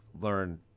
learn